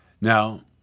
Now